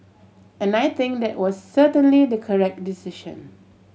and I think that was certainly the correct decision